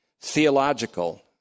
theological